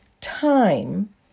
time